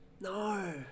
No